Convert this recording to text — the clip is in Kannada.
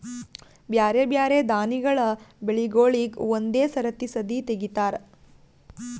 ಬ್ಯಾರೆ ಬ್ಯಾರೆ ದಾನಿಗಳ ಬೆಳಿಗೂಳಿಗ್ ಒಂದೇ ಸರತಿ ಸದೀ ತೆಗಿತಾರ